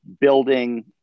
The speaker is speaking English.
building